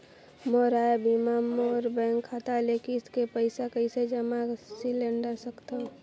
मोर आय बिना मोर बैंक खाता ले किस्त के पईसा कइसे जमा सिलेंडर सकथव?